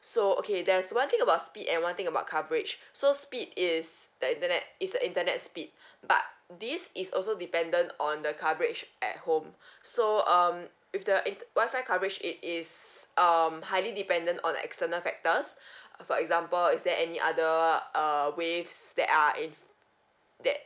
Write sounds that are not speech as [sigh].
so okay there's one thing about speed and one thing about coverage so speed is the internet is the internet speed [breath] but this is also dependent on the coverage at home [breath] so um if the in~ Wi-Fi coverage it is um highly dependent on external factors [breath] for example is there any other err waves that are if that